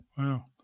Wow